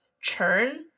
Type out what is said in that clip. churn